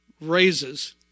raises